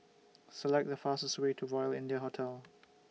Select The fastest Way to Royal India Hotel